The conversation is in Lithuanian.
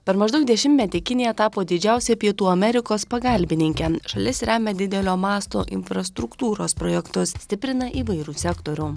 per maždaug dešimtmetį kinija tapo didžiausia pietų amerikos pagalbininke šalis remia didelio masto infrastruktūros projektus stiprina įvairų sektorių